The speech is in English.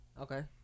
Okay